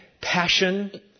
passion